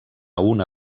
una